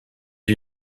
you